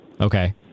Okay